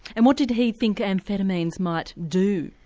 and what did he think amphetamines might do,